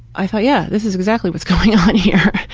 i thought, yeah. this is exactly what's going on here.